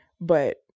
But-